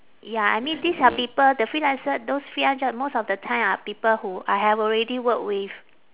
ya I mean these are people the freelancer those freelance job most of the time are people who I have already work with